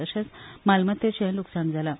तशेंच मालमत्तेचें लूकसाण ज जालां